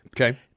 Okay